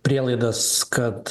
prielaidas kad